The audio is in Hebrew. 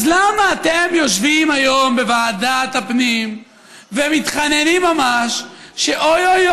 אז למה אתם יושבים היום בוועדת הפנים ומתחננים ממש שאוי,